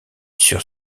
sur